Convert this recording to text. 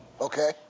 Okay